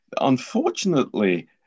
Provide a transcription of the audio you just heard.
unfortunately